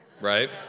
right